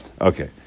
Okay